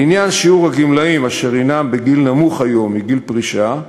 לעניין שיעור הגמלאים היום בגיל נמוך מגיל פרישה,